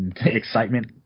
excitement